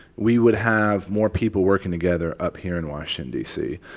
we would have more people working together up here in washington, d c.